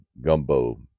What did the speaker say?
gumbo